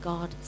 God